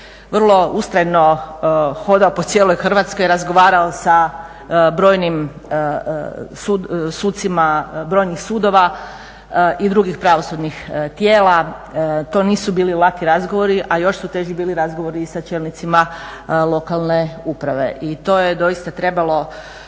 vrlo ustrajno hodao po cijeloj Hrvatskoj i razgovarao sa brojnim sucima brojnih sudova i drugih pravosudnih tijela. To nisu bili laki razgovori, a još su bili teži razgovori sa čelnicima lokalne uprave. I to je doista trebalo